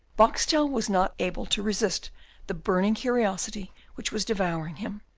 boxtel was not able to resist the burning curiosity which was devouring him.